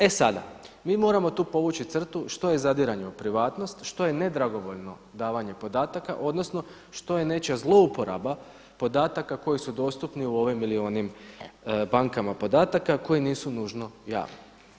E sada, mi moramo tu povući crtu što je zadiranje u privatnost, što je nedragovoljno davanje podataka odnosno što je nečija zlouporaba podataka koji su dostupni u ovim ili onim bankama podataka koji nisu nužno javni.